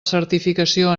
certificació